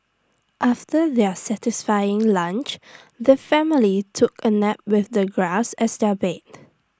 after their satisfying lunch the family took A nap with the grass as their bed